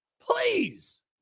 Please